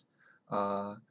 are